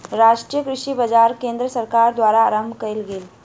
राष्ट्रीय कृषि बाजार केंद्र सरकार द्वारा आरम्भ कयल गेल छल